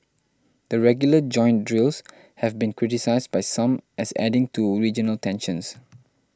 the regular joint drills have been criticised by some as adding to regional tensions